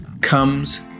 comes